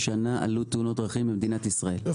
עלות תאונות הדרכים במדינת ישראל היא 17 מיליארד ₪ בשנה.